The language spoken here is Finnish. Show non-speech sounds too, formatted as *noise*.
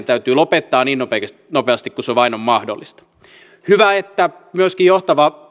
*unintelligible* täytyy lopettaa niin nopeasti nopeasti kuin se vain on mahdollista hyvä että myöskin johtava